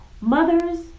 Mothers